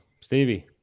Stevie